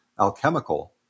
alchemical